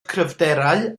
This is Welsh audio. cryfderau